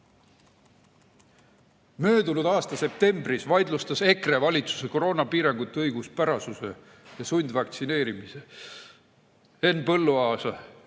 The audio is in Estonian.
Möödunud aasta septembris EKRE vaidlustas valitsuse koroonapiirangute õiguspärasuse ja sundvaktsineerimise. Henn Põlluaas